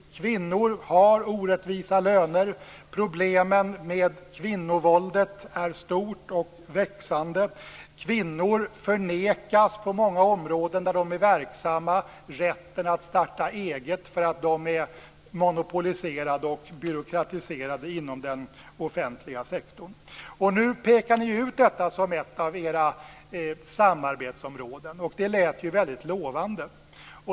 Kvinnor har orättvisa löner. Problemet med kvinnovåldet är stort och växande. Kvinnor förvägras rätten att starta eget på många områden där de är verksamma för att de är monopoliserade och byråkratiserade inom den offentliga sektorn. Nu pekar ni ut detta som ett av era samarbetsområden, och det låter ju väldigt lovande.